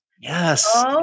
Yes